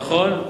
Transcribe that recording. נכון.